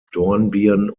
dornbirn